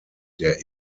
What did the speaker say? der